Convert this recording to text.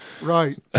Right